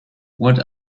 what